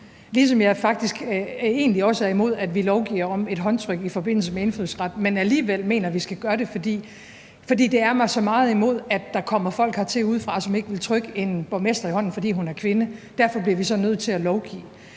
ligesom jeg faktisk også er imod, at vi lovgiver om et håndtryk i forbindelse med indfødsret, men alligevel mener, at vi skal gøre det, fordi det er mig så meget imod, at der kommer folk hertil udefra, som ikke vil trykke en borgmester i hånden, fordi hun er kvinde. Derfor bliver vi så nødt til at lovgive.